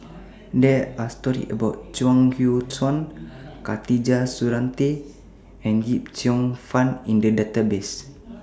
There Are stories about Chuang Hui Tsuan Khatijah Surattee and Yip Cheong Fun in The Database